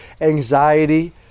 anxiety